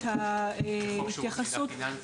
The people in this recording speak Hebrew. בחוק שירות מידע פיננסי.